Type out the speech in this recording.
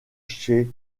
chez